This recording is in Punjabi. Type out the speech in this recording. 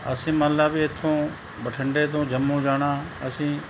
ਅਸੀਂ ਮੰਨ ਲਓ ਵੀ ਇੱਥੋਂ ਬਠਿੰਡੇ ਤੋਂ ਜੰਮੂ ਜਾਣਾ ਅਸੀਂ